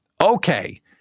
Okay